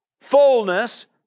Fullness